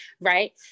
Right